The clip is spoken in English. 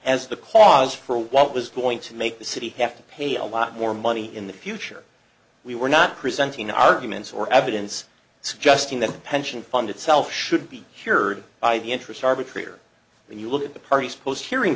as the cause for what was going to make the city have to pay a lot more money in the future we were not presenting arguments or evidence suggesting that the pension fund itself should be shared by the interest arbitrator when you look at the party supposed hearing